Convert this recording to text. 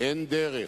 אין דרך,